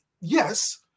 Yes